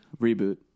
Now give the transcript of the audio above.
Reboot